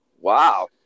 Wow